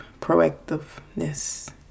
proactiveness